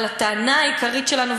אבל הטענה העיקרית שלנו,